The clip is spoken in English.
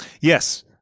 Yes